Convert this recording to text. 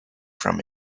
from